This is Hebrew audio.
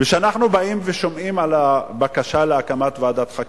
כשאנחנו באים ושומעים על הבקשה להקמת ועדת חקירה,